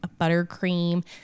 buttercream